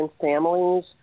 families